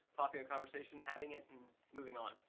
pop in a conversation, having it and moving on.